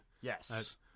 Yes